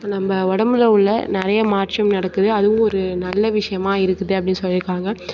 நம்ம உடம்பில் உள்ளே நிறைய மாற்றம் நடக்குது அதுவும் ஒரு நல்ல விஷயமா இருக்குது அப்படின்னு சொல்லியிருக்காங்க